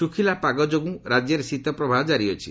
ଶୁଖିଲା ପାଗ ଯୋଗୁଁ ରାଜ୍ୟରେ ଶୀତ ପ୍ରବାହ ଜାରି ଅଛି